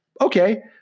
okay